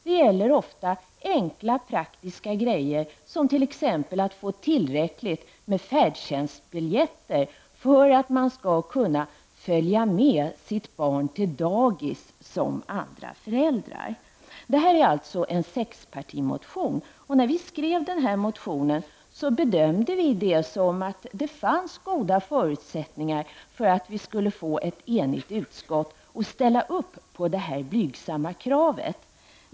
Det gäller ofta enkla praktiska grejer, t.ex. att få tillräckligt med färdtjänstbiljetter för att de skall kunna följa med sitt barn till dagis som andra föräldrar. Det här är en sexpartimotion, och när vi skrev den bedömde vi det som att det fanns goda förutsättningar för att vi skulle få ett enigt utskott att ställa upp på vårt blygsamma krav.